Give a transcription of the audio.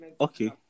Okay